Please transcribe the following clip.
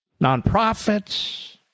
Nonprofits